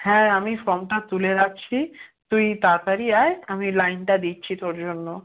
হ্যাঁ আমি ফর্মটা তুলে রাখছি তুই তাড়াতাড়ি আয় আমি লাইনটা দিচ্ছি তোর জন্য